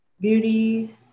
beauty